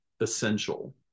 essential